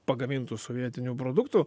pagamintų sovietinių produktų